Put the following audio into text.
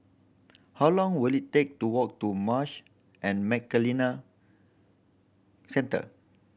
how long will it take to walk to Marsh and McLennan Centre